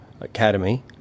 Academy